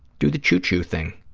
do the chew-chew thing.